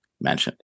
mentioned